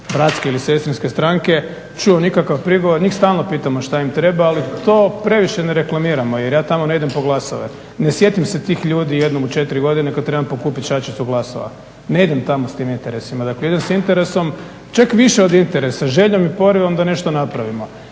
bratske ili sestrinske stranke čuo nikakav prigovor. Njih stalno pitamo šta im treba ali to previše ne reklamiramo jer ja tamo ne idem po glasove. Ne sjetim se tih ljudi jednom u 4 godine kada trebam pokupiti šačicu glasova, ne idem tamo s tim interesima. Dakle idem sa interesom čak više od interesa, željom i porivom da nešto napravimo.